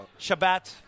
Shabbat